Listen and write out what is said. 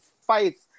fights